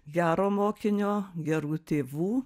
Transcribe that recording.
gero mokinio gerų tėvų